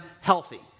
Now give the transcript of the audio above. healthy